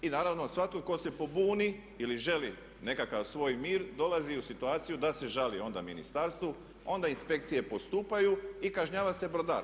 I naravno svatko tko se pobuni ili želi nekakav svoj mir dolazi u situaciju da se žali onda ministarstvu, onda inspekcije postupaju i kažnjava se brodar.